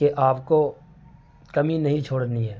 کہ آپ کو کمی نہیں چھوڑنی ہے